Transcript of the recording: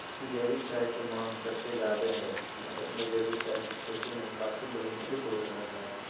जैविक चाय के मांग सबसे ज्यादे हई, भारत मे जैविक चाय के खेती में काफी बढ़ोतरी हो रहल हई